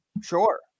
Sure